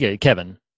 Kevin